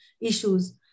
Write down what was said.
issues